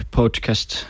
podcast